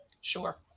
Sure